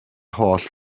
holl